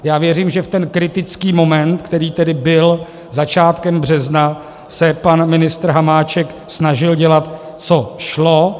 Já věřím, že v ten kritický moment, který tedy byl začátkem března, se pan ministr Hamáček snažil dělat, co šlo.